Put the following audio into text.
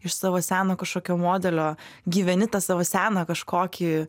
iš savo seno kažkokio modelio gyveni tą savo seną kažkokį